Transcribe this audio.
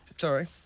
Sorry